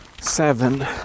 seven